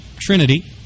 Trinity